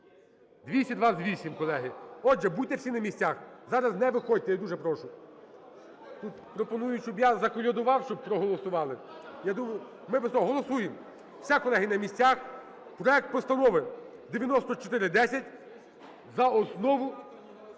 228, колеги. Отже, будьте всі на місцях зараз не виходьте я дуже прошу. Тут пропонують, щоб я заколядував, щоб проголосували. Я думаю, ми без того. Голосуємо! Все, колеги, на місцях. Проект Постанови 9410 – за основу